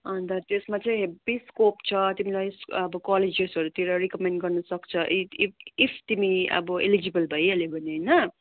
अन्त त्यसमा चाहिँ हेभी स्कोप छ तिमीलाई अब कलेजेसहरूतिर रिकमेन्ड गर्नु सक्छ इफ तिमी अब एलिजिबल भइहाल्यो भने होइन